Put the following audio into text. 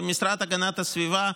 המשרד להגנת הסביבה,